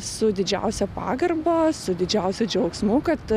su didžiausia pagarba su didžiausiu džiaugsmu kad